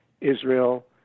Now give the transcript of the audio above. Israel